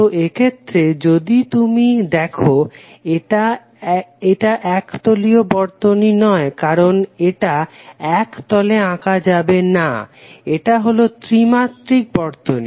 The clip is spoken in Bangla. তো এক্ষেত্রে যদি তুমি দেখো এটা এক তলীয় বর্তনী নয় কারণ এটা এক তলে আঁকা যাবে না এটা হলো ত্রিমাত্রিক বর্তনী